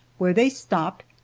where they stopped,